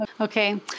Okay